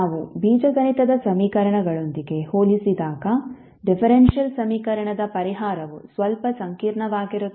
ನಾವು ಬೀಜಗಣಿತದ ಸಮೀಕರಣಗಳೊಂದಿಗೆ ಹೋಲಿಸಿದಾಗ ಡಿಫರೆಂಶಿಯಲ್ ಸಮೀಕರಣದ ಪರಿಹಾರವು ಸ್ವಲ್ಪ ಸಂಕೀರ್ಣವಾಗಿರುತ್ತದೆ